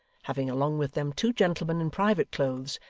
having along with them two gentlemen in private clothes,